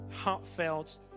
heartfelt